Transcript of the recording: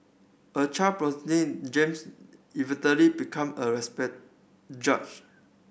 a child James become a respect judge